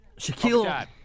Shaquille